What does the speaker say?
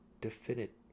definite